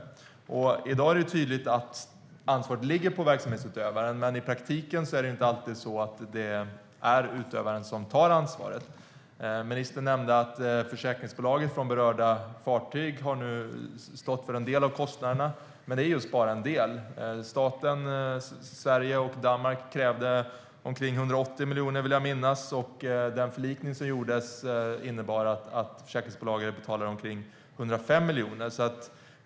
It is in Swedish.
I dag är det tydligt att ansvaret ligger på verksamhetsutövaren, men i praktiken är det inte alltid utövaren som tar ansvaret. Ministern nämnde att försäkringsbolaget för berörda fartyg nu har stått för en del av kostnaderna, men det är bara just en del. Staterna Sverige och Danmark krävde omkring 180 miljoner, vill jag minnas, och den förlikning som ingicks innebär att försäkringsbolaget betalar omkring 105 miljoner.